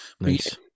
Nice